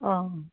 অঁ